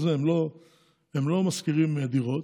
הם לא שוכרים דירות,